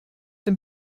dem